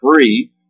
free